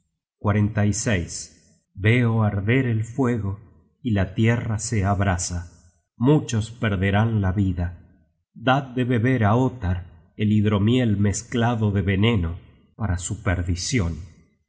con sus chibos veo arder el fuego y la tierra se abrasa muchos perderán la vida dad de beber á ottar el hidromiel mezclado de veneno para